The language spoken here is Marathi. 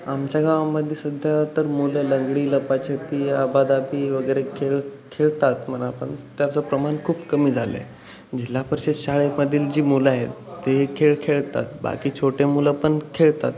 आमच्या गावामध्ये सध्या तर मुलं लंगडी लपाछपी आबादाबी वगैरे खेळ खेळतात म्हणा पण त्याचं प्रमाण खूप कमी झालं आहे जिल्हा परिषद शाळेमधील जी मुलं आहेत ते खेळ खेळतात बाकी छोटे मुलं पण खेळतात